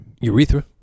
Urethra